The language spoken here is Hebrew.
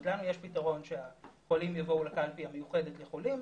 לנו יש פתרון לפיו החולים יבואו לקלפי המיוחדת לחולים,